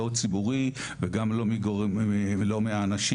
לא ציבורי ולא מהאנשים.